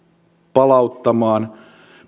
palauttamaan